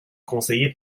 conseiller